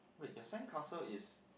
wait your sandcastle is